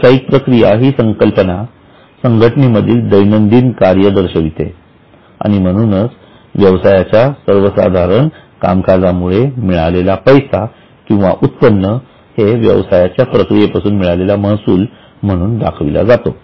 व्यवसायिक प्रक्रिया ही संकल्पना संघटनेमधील दैनंदिन काम दर्शविते आणि म्हणूनच व्यवसायाच्या सर्वसाधारण कामकाजामुळे मिळालेला पैसा किंवा उत्पन्न हे व्यवसायाच्या प्रक्रियेपासून मिळालेला महसूल म्हणून दाखविले जातो